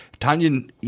Tanyan